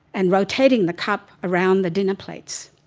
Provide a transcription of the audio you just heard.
and rotating the cup around the dinner plates.